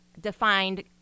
defined